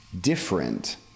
different